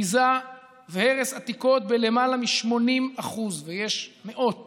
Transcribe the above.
ביזה והרס עתיקות בלמעלה מ-80%, ויש מאות